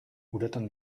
uretan